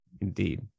Indeed